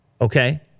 Okay